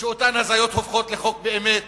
שאותן הזיות הופכות לחוק באמת